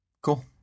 Cool